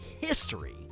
history